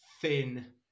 thin